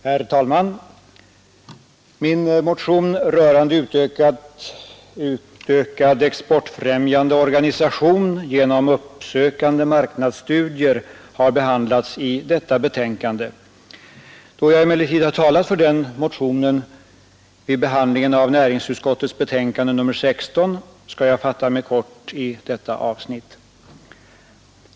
Herr talman! Min motion rörande utökad exportfrämjande organisation genom uppsökande marknadsstudier har behandlats i detta betänkande. Då jag emellertid har talat för den motionen vid behandlingen av näringsutskottets betänkande nr 16 skall jag fatta mig kort i detta avsnitt.